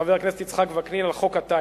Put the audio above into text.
חבר הכנסת יצחק וקנין על חוק הטיס.